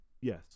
yes